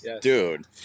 dude